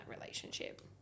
relationship